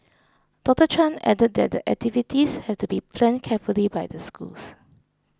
Doctor Chan added that the activities have to be planned carefully by the schools